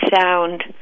sound